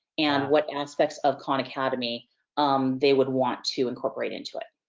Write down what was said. and what aspects of khan academy um they would want to incorporate into it.